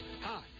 Hi